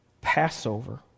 Passover